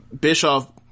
Bischoff